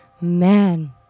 Man